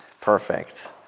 perfect